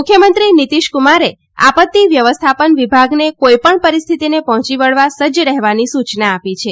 મુખ્યમંત્રી નીતીશક્રમારે આપત્તિ વ્યવસ્થાપન વિભાગને કોઈપણ પરિસ્થિતિને પહોંચી વળવા સજ્જ રહેવાની સૂચના આપી છે